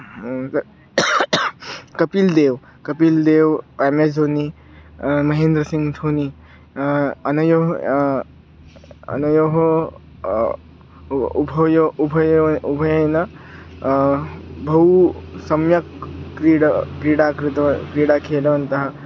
Kapil Dev Kapil Dev M S धोनि महेन्द्रसिङ्ग् धोनि अनयोः अनयोः उ उभयोः उभयोः उभयोः बहू सम्यक् क्रीडा क्रीडा कृतवान् क्रीडा खेलितवन्तः